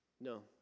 No